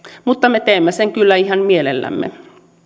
mutta me teemme sen kyllä ihan mielellämme